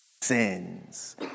sins